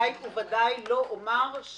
ובוודאי לא אומרת